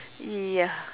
ya